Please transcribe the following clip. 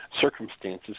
circumstances